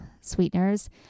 sweeteners